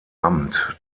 amt